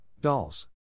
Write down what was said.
dolls